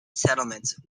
settlements